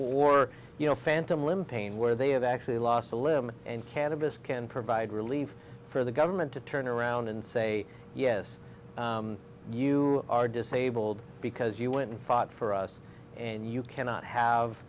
or you know phantom limb pain where they have actually lost a limb and cannabis can provide relief for the government to turn around and say yes you are disabled because you went and fought for us and you cannot have